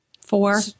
four